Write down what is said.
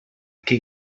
que